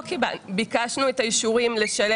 ביקשנו את האישורים לשלם ולא קיבלנו.